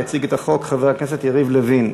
יציג את החוק חבר הכנסת יריב לוין.